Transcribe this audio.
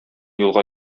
юлга